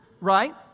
right